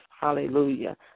Hallelujah